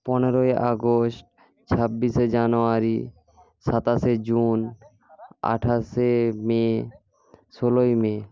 পনেরোই আগস্ট ছাব্বিশে জানুয়ারি সাতাশে জুন আঠাশে মে ষোলোই মে